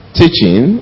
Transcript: teaching